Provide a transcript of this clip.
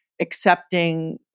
accepting